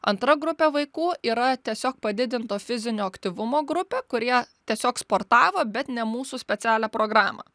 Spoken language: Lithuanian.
antra grupė vaikų yra tiesiog padidinto fizinio aktyvumo grupė kurie tiesiog sportavo bet ne mūsų specialią programą